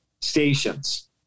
stations